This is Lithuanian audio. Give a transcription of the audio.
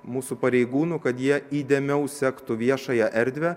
mūsų pareigūnų kad jie įdėmiau sektų viešąją erdvę